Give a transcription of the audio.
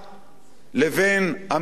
לבין הממשל,